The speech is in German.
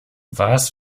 was